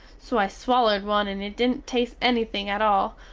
so i swallerd one and it didn't test ennything at all,